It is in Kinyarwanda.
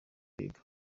kwiga